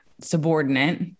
subordinate